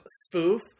spoof